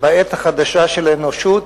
בעת החדשה של האנושות,